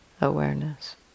awareness